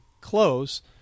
close